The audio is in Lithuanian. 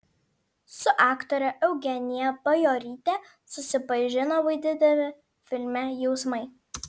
su aktore eugenija bajoryte susipažino vaidindami filme jausmai